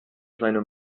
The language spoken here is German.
seine